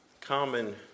common